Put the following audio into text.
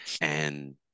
And-